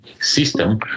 system